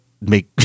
make